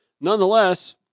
nonetheless